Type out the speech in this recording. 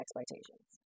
expectations